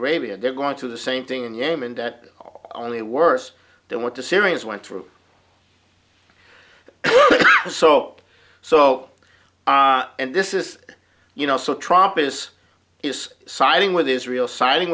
arabia they're going through the same thing in yemen that only worse then what the syrians went through was so so and this is you know so trump is is siding with israel siding